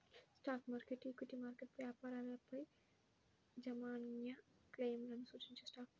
stock market, equity market వ్యాపారాలపైయాజమాన్యక్లెయిమ్లను సూచించేస్టాక్